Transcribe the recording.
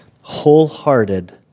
wholehearted